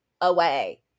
away